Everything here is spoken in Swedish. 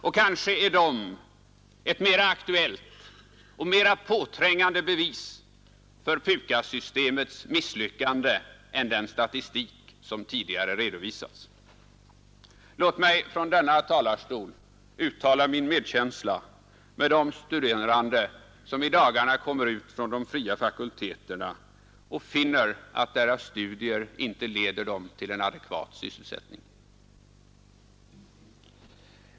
Och kanske är de ett mera aktuellt och mera påträngande bevis för PUKAS-systemets misslyckande än den statistik som tidigare redovisats. Låt mig från denna talarstol uttala min medkänsla med de studerande som i dagarna kommer ut från de fria fakulteterna och finner att deras studier inte leder dem till en adekvat sysselsättning.